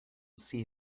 see